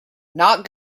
not